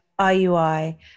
IUI